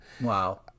Wow